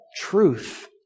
truth